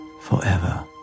forever